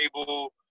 able